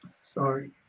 Sorry